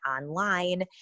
online